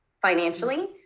financially